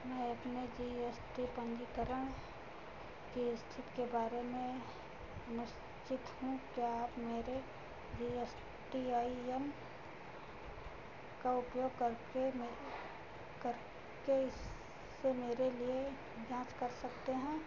मैं अपने G S T पंजीकरण की स्थिति के बारे में अनिश्चित हूँ क्या आप मेरे G S T I N का उपयोग करके मेरे करके इसे मेरे लिए जाँच सकते हैं